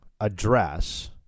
address